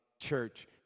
church